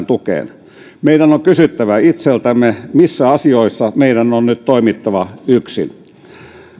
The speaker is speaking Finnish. tukeen meidän on kysyttävä itseltämme missä asioissa meidän on nyt toimittava yksin